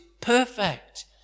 perfect